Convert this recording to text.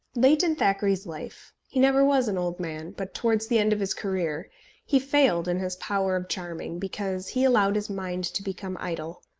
late in thackeray's life he never was an old man, but towards the end of his career he failed in his power of charming, because he allowed his mind to become idle.